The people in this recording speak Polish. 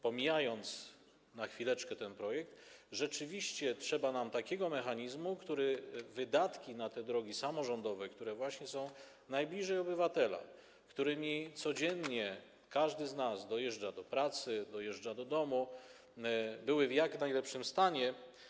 Pomijając na chwileczkę ten projekt, rzeczywiście trzeba nam takiego mechanizmu, który sprawi, żeby te drogi samorządowe, które właśnie są najbliżej obywatela, którymi codziennie każdy z nas dojeżdża do pracy, dojeżdża do domu, były w jak najlepszym stanie.